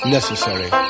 Necessary